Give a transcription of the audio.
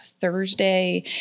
thursday